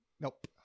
nope